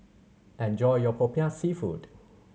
enjoy your Popiah Seafood